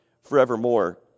forevermore